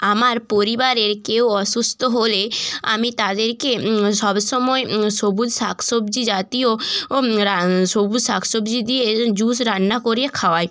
আমার পরিবারে কেউ অসুস্থ হলে আমি তাদেরকে সবসময় সবুজ শাক সবজি জাতীয় রা সবুজ শাক সবজি দিয়ে জুস রান্না করে খাওয়াই